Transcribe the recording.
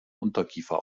unterkiefer